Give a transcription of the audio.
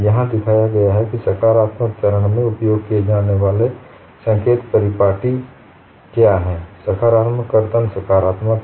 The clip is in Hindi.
यहां दिखाया गया है कि सकारात्मक चरण में उपयोग किए जाने वाले संकेत परिपाटी क्या है सकारात्मक कर्तन सकारात्मक है